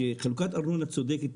חלוקת ארנונה צודקת,